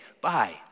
bye